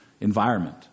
Environment